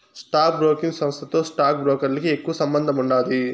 stock broking సంస్థతో stock బ్రోకర్లకి ఎక్కువ సంబందముండాది